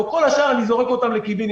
את כל השאר, אני זורק לקיבינימט.